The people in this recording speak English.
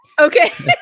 Okay